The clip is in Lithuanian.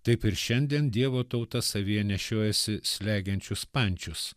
taip ir šiandien dievo tauta savyje nešiojasi slegiančius pančius